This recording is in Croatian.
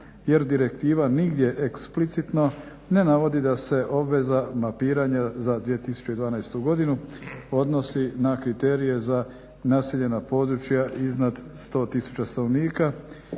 jer direktiva nigdje eksplicitno ne navodi da se obveza mapiranja za 2012. godinu odnosi se na kriterije za naseljena područja iznad 100 000 stanovnika,